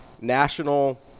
National